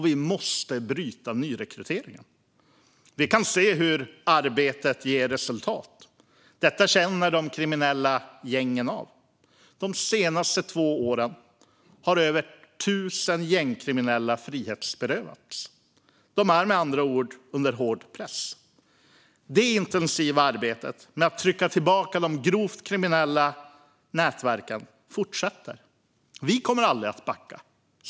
Vi måste bryta nyrekryteringen. Vi kan se hur arbetet ger resultat. Detta känner de kriminella gängen av. De senaste två åren har över 1 000 gängkriminella frihetsberövats. De är med andra ord under hård press. Det intensiva arbetet med att trycka tillbaka de grovt kriminella nätverken fortsätter. Vi kommer aldrig att backa.